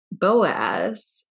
Boaz